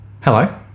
Hello